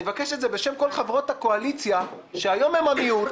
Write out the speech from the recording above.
אני מבקש את זה בשם כל חברות הקואליציה שהיום הן המיעוט,